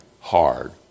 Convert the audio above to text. hard